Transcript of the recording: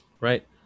right